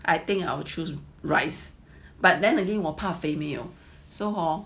I think I will choose rice but then again while 怕肥没有 so hor